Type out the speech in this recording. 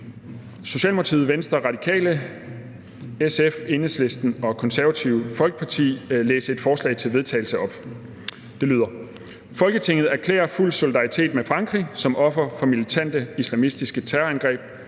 Socialdemokratiet, Venstre, Radikale, SF, Enhedslisten og Det Konservative Folkeparti læse følgende forslag til vedtagelse op: Forslag til vedtagelse »Folketinget erklærer fuld solidaritet med Frankrig som offer for militante islamistiske terrorangreb.